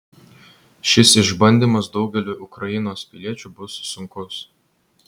šis išbandymas daugeliui ukrainos piliečių bus sunkus